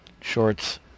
shorts